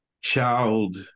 child